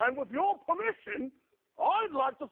and with your permission ah like